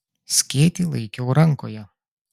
skėtį laikiau rankoje